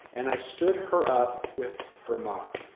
and i stood her up with her mop,